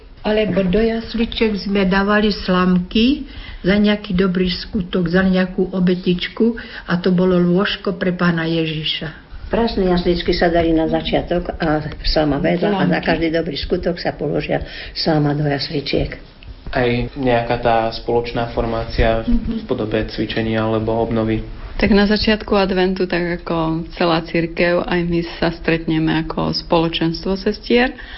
Alebo do jasličiek sme dávali slamky za nejaký dobrý skutok, za nejakú obetičku, a to bolo lôžko pre pána Ježiša. Prázdne jasličky sa dali na začiatok a slama vedľa. Slamky. A za každý dobrý skutok sa položia slama do jasličiek. Aj nejaká tá spoločná formácia v- Mhm. v podobe cvičenia alebo obnovy? Tak na začiatku adventu, tak ako celá cirkev, aj my sa stretneme ako spoločenstvo sestier.